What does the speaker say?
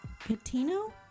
Catino